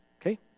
Okay